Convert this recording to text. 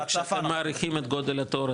כשאתם מעריכים את גודל התור,